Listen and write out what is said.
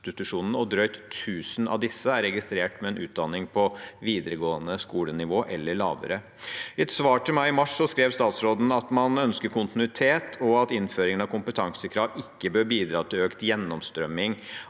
og drøyt 1 000 av disse er registrert med en utdanning på videregående skole-nivå eller lavere. I et svar til meg i mars skrev statsråden at man ønsker kontinuitet, og at innføringen av kompetansekrav ikke bør bidra til økt gjennomstrømming